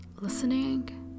listening